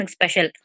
special